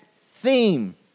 theme